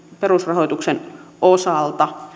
perusrahoituksen osalta